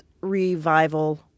revival